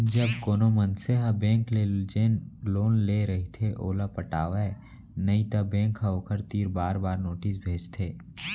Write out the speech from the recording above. जब कोनो मनसे ह बेंक ले जेन लोन ले रहिथे ओला पटावय नइ त बेंक ह ओखर तीर बार बार नोटिस भेजथे